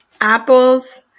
Apples